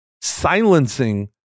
silencing